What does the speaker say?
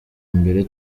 mbere